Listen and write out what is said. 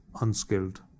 unskilled